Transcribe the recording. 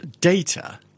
data